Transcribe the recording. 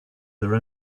their